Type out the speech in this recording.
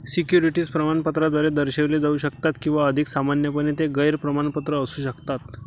securities प्रमाणपत्राद्वारे दर्शविले जाऊ शकतात किंवा अधिक सामान्यपणे, ते गैर प्रमाणपत्र असू शकतात